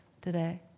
today